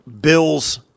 Bills